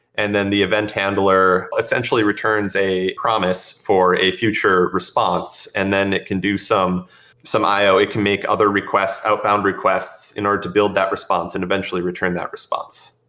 and then the event handler essentially returns a promise for a future response and then it can do some some i o. it can make other request, outbound requests in order to build that response and eventually return that response.